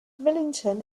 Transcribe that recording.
millington